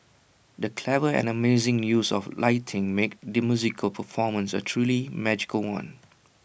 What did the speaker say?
the clever and amazing use of lighting made the musical performance A truly magical one